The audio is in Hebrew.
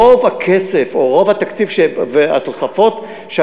רוב הכסף או רוב התקציב והתוספות של